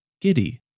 giddy